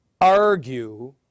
argue